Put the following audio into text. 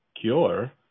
Cure